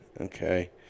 Okay